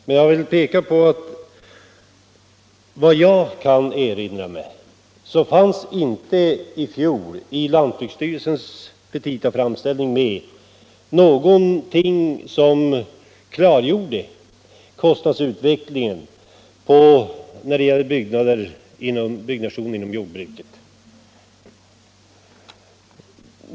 Men enligt vad jag kan erinra mig fanns i fjol inte med i lantbruksstyrelsens petitaframställning någonting som klargjorde kostnadsutvecklingen när det gäller byggnation inom jordbruket.